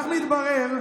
כך מתברר,